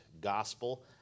gospel